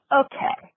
okay